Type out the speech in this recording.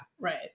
Right